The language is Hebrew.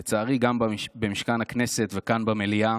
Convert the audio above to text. ולצערי גם במשכן הכנסת וכאן במליאה,